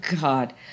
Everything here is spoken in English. God